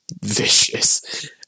vicious